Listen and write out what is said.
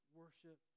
worship